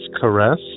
Caress